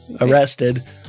arrested